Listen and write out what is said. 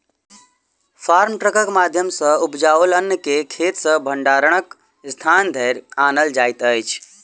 farm ट्रकक माध्यम सॅ उपजाओल अन्न के खेत सॅ भंडारणक स्थान धरि आनल जाइत अछि